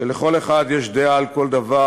שלכל אחד יש דעה על כל דבר,